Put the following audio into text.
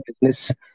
business